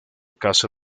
casa